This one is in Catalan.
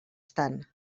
estan